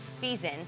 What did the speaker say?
season